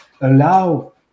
allow